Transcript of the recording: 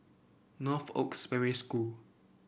Northoaks Primary School